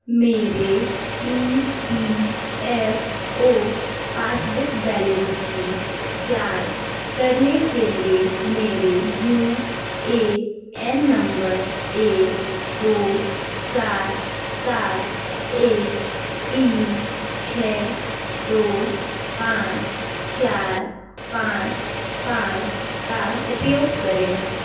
मेरे E P F O passbook balance की जाँच करने के लिए मेरे यू ए एन नंबर एक दो सात सात एक तीन छः दो पाँच चार पाँच पाँच का उपयोग करें